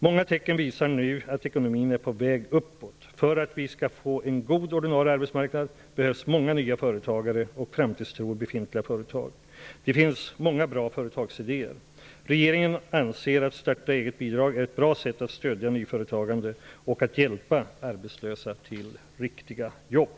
Många tecken visar nu att ekonomin är på väg uppåt. För att vi skall få en god ordinarie arbetsmarknad behövs många nya företagare och framtidstro i befintliga företag. Det finns många bra företagsidéer. Regeringen anser att starta-egetbidrag är ett bra sätt att stödja nyföretagande och att hjälpa arbetslösa till riktiga jobb.